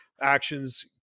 actions